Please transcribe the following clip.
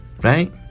Right